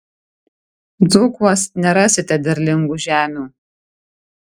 dzūkuos nerasite derlingų žemių